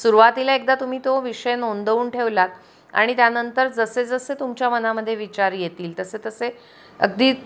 सुरुवातीला एकदा तुम्ही तो विषय नोंदवून ठेवला आणि त्यानंतर जसे जसे तुमच्या मनामध्ये विचार येतील तसे तसे अगदी